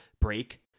break